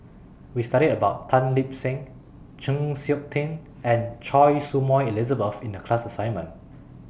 We studied about Tan Lip Seng Chng Seok Tin and Choy Su Moi Elizabeth in The class assignment